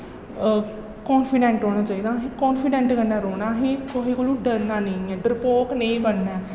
confident होना चाहिदा असेंगी कांफीडेंट कन्नै रौह्ना असें कुसै कोला डरना नेईं ऐ डरपोक नेईं बनना ऐ